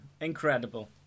incredible